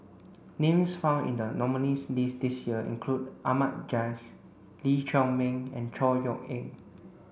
names found in the nominees' list this year include Ahmad Jais Lee Chiaw Meng and Chor Yeok Eng